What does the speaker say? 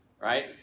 right